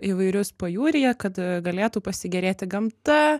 įvairius pajūryje kad galėtų pasigėrėti gamta